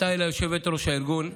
יושבת-ראש הארגון,